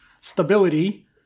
stability